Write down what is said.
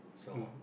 so